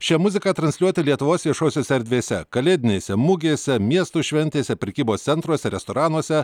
šią muziką transliuoti lietuvos viešosiose erdvėse kalėdinėse mugėse miestų šventėse prekybos centruose restoranuose